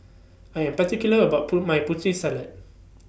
I Am particular about My Putri Salad